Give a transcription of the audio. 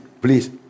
please